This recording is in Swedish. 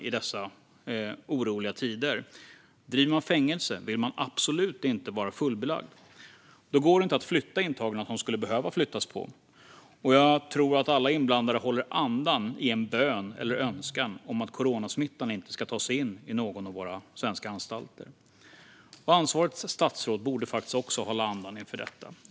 Men om man driver fängelse vill man absolut inte vara fullbelagd, för då går det inte att flytta intagna som behöver flyttas på. Jag tror att alla inblandade håller andan i en bön eller önskan om att coronasmittan inte ska ta sig in på någon av våra svenska anstalter. Ansvarigt statsråd borde faktiskt också hålla andan inför detta.